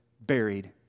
Buried